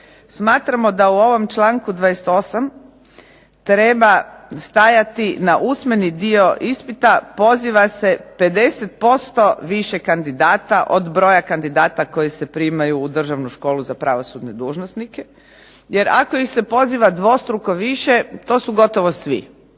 smatramo da u ovom članku 28. treba stajati na usmeni dio ispita poziva se 50% više kandidata od broja kandidata koji se primaju u Državnu školu za pravosudne dužnosnike. Jer ako ih se poziva dvostruko više to su gotovo svi